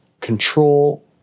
control